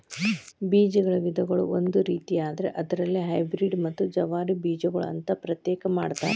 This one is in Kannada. ಬೇಜಗಳ ವಿಧಗಳು ಒಂದು ರೇತಿಯಾದ್ರ ಅದರಲ್ಲಿ ಹೈಬ್ರೇಡ್ ಮತ್ತ ಜವಾರಿ ಬೇಜಗಳು ಅಂತಾ ಪ್ರತ್ಯೇಕ ಮಾಡತಾರ